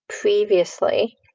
previously